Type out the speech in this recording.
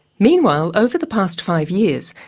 meanwhile, over the past five years,